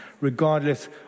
regardless